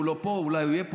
הוא לא פה, אולי הוא יהיה פה.